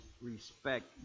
respect